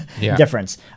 difference